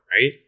right